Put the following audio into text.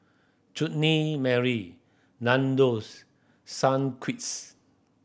Chutney Mary Nandos Sunquicks